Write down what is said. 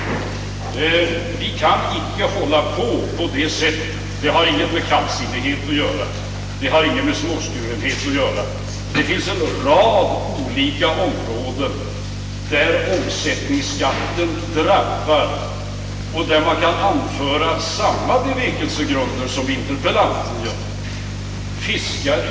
Vi kan inte hålla på på det sättet — det har ingenting med kallsinnighet och småskurenhet att göra. Det finns en rad olika områden där omsättningsskatten drabbar och där man kan anföra samma bevekelsegrunder som interpellanten gör.